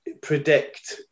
predict